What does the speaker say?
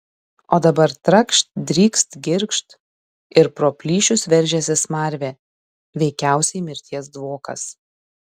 o dabar trakšt drykst girgžt ir pro plyšius veržiasi smarvė veikiausiai mirties dvokas